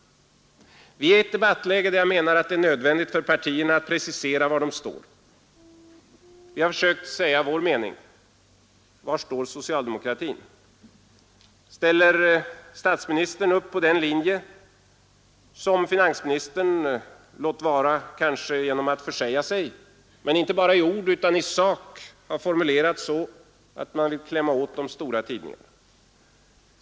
Vi befinner oss nu i ett debattläge, där jag anser det nödvändigt för partierna att precisera var de står. Jag har försökt klargöra vår mening. Var står socialdemokratin? Ställer statsministern upp på samma linje som finansministern som — låt vara kanske genom att försäga sig — inte bara i ord utan i sak vill ”klämma åt” de stora tidningarna?